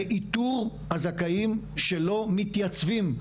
באיתור הזכאים שלא מתייצבים,